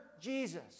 Jesus